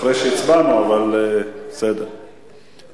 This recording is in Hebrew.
אחרי שהצבענו, אבל ניתן